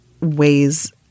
ways